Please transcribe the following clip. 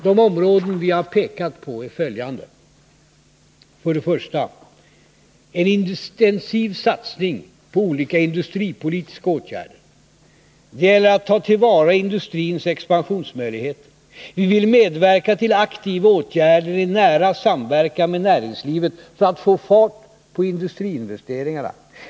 De behov vi pekat på är följande: För det första en intensiv satsning på olika industripolitiska åtgärder. Det gäller att ta till vara industrins expansionsmöjligheter. Vi vill medverka till aktiva åtgärder i nära samverkan med näringslivet för att få fart på industriinvesteringarna.